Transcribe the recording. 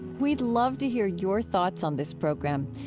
we'd love to hear your thoughts on this program.